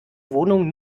wohnung